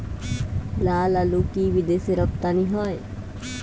লালআলু কি বিদেশে রপ্তানি হয়?